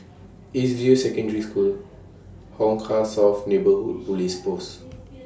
East View Secondary School Hong Kah South Neighbourhood Police Post